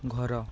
ଘର